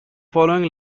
following